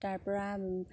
তাৰ পৰা